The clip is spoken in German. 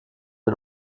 den